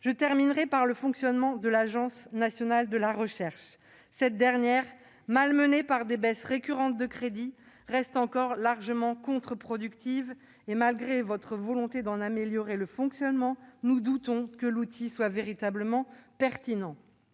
mon propos sur le fonctionnement de l'Agence nationale de la recherche. Cette dernière, malmenée par des baisses récurrentes de crédits, reste encore largement contre-productive. Malgré votre volonté d'en améliorer le fonctionnement, nous doutons que l'outil soit véritablement pertinent.